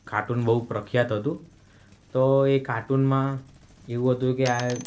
cartoon બહુ પ્રખ્યાત હતું તો એ કાર્ટુનમાં એવું હતું કે આ